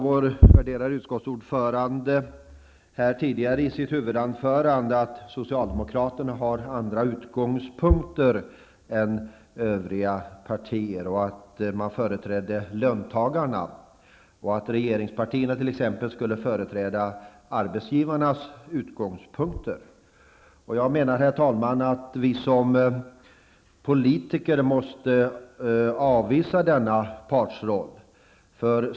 Vår värderade utskottsordförande sade i sitt huvudanförande att socialdemokraterna har andra utgångspunkter än övriga partier, att man företräder löntagarna och att regeringspartierna t.ex. skulle företräda arbetsgivarnas utgångspunkter. Jag menar, herr talman, att vi som politiker måste avvisa denna partsroll.